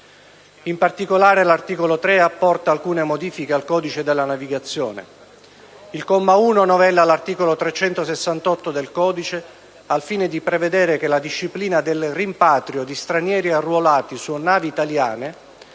In particolare, l'articolo 3 apporta alcune modifiche al codice della navigazione. Il comma 1 novella l'articolo 368 del codice, al fine di prevedere che la disciplina del rimpatrio di stranieri arruolati su navi italiane,